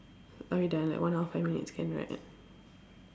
are we done like one hour five minutes can right